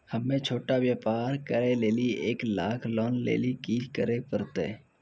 हम्मय छोटा व्यापार करे लेली एक लाख लोन लेली की करे परतै?